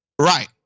Right